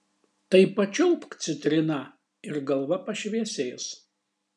tai pačiulpk citriną ir galva pašviesės